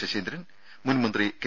ശശീന്ദ്രൻ മുൻ മന്ത്രി കെ